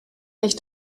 nicht